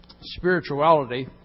Spirituality